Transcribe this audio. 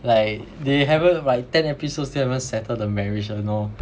like they haven't by ten episodes still haven't settled the marriage you know